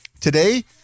Today